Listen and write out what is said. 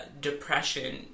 depression